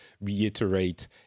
reiterate